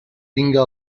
tinga